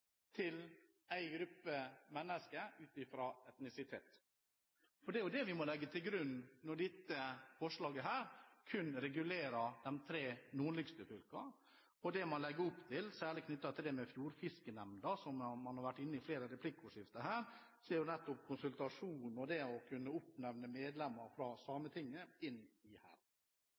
til en gruppe mennesker ut ifra etnisitet. For det er det vi må legge til grunn når dette forslaget kun regulerer de tre nordligste fylkene. Det man legger opp til – særlig knyttet til det med fjordfiskenemnden, som flere har vært inne på i replikkordskiftet – er nettopp konsultasjonen med og det å kunne oppnevne medlemmer fra Sametinget til dette. Jeg vil vise til høringen som har vært i